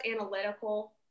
analytical